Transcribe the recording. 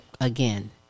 again